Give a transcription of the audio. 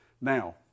Now